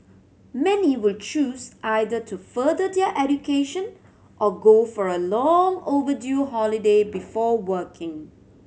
many will choose either to further their education or go for a long overdue holiday before working